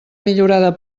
millorada